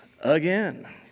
again